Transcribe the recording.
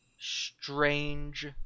strange